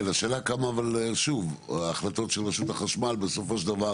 השאלה כמה ההחלטות של רשות החשמל בסופו של דבר